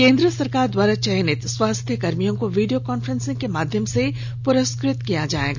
केंद्र सरकार द्वारा चयनित स्वास्थ्य कर्मियों को वीडियो कॉफ्रेंसिंग के माध्यम से पुरस्कृत किया जाएगा